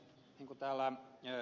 täällä ed